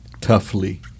Toughly